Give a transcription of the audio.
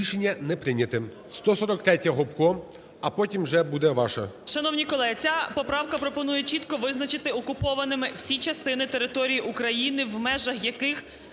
Рішення не прийнято. 143-я, Гопко. А потім вже буде ваша.